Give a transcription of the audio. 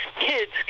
kids